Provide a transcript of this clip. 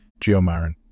Geomarin